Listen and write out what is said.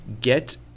get